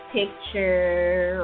picture